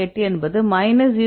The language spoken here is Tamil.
68 என்பது மைனஸ் 0